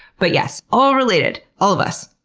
but, yes. all related, all of us.